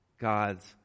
God's